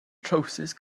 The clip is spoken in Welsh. trowsus